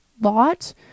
lot